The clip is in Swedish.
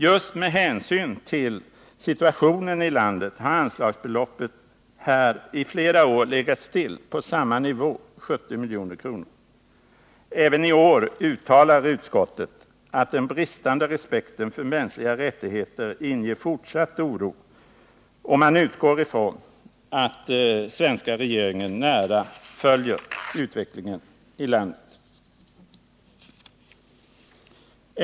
Just med hänsyn till situationen i landet har anslagsbeloppet här i flera år legat stilla på samma nivå — 70 milj.kr. Även i år uttalar utskottet att den bristande respekten för mänskliga rättigheter inger fortsatt oro, och man utgår ifrån att svenska regeringen nära följer utvecklingen i landet.